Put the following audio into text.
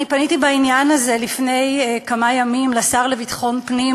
אני פניתי בעניין הזה לפני כמה ימים לשר לביטחון הפנים,